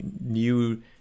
new